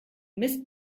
mist